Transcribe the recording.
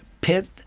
pit